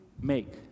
make